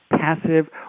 passive